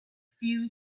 few